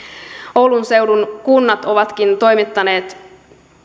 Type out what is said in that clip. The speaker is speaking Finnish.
oulun seudun kunnat ovatkin toimittaneet